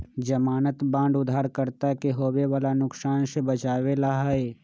ज़मानत बांड उधारकर्ता के होवे वाला नुकसान से बचावे ला हई